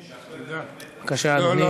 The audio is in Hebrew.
בבקשה, אדוני.